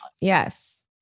Yes